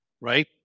right